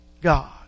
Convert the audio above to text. God